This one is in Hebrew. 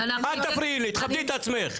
אל תפריעי לי, תכבדי את עצמך.